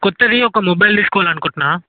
కొత్తది ఒక మొబైల్ తీసుకోవాలి అనుకుంటున్నాను